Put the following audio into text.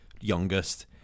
youngest